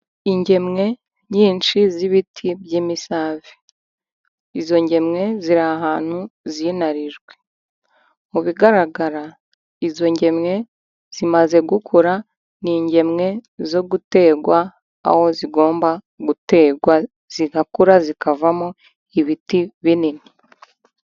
Ingemwe nyinshi z'ibiti by'imisave, izo ngemwe ziri ahantu zinarijwe mu bigaragara izo ngemwe zimaze gukura. N'ingemwe zo gutegwa aho zigomba gutegwa zigakura zikavamo ibiti binini.